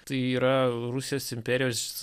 tai yra rusijos imperijos